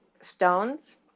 stones